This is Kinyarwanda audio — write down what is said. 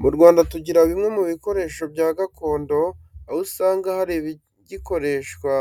Mu Rwanda tugira bimwe mu bikoresho bya gakondo aho usanga hari ibigikoreshwa